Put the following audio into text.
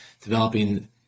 developing